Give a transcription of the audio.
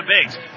Biggs